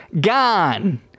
gone